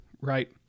right